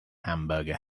hamburger